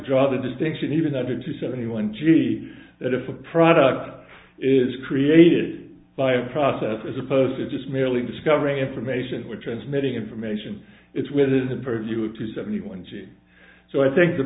draw the distinction even under two seventy one g that if a product is created by a process as opposed to just merely discovering information or transmitting information it's within the purview to seventy one g b so i think the